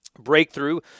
Breakthrough